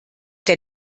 der